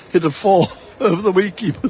hit a four over the wicket-keepers